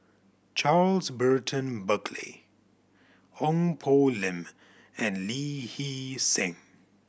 Charles Burton Buckley Ong Poh Lim and Lee Hee Seng